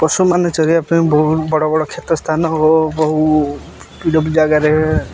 ପଶୁମାନେ ଚରିବା ପାଇଁ ବହୁ ବଡ଼ ବଡ଼ ଖେତ ସ୍ଥାନ ଓ ବହୁତ ଜାଗାରେ